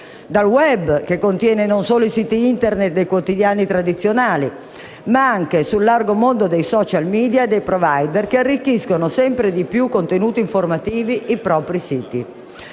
al *web*, che contiene non solo i siti Internet dei quotidiani tradizionali, ma anche al largo mondo dei *social media* e dei *provider*, che arricchiscono sempre più di contenuti informativi i propri siti.